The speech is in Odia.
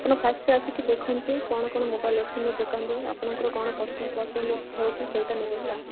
ଆପଣ ଫାର୍ଷ୍ଟ୍ ଆସିକି ଦେଖନ୍ତୁ କଣ କଣ ମୋବାଇଲ୍ ଅଛି ମୋ ଦୋକାନରେ ଆପଙ୍କର କଣ ପସନ୍ଦ ହେଉଛି ସେଇଟା ନେବେ ହେଲା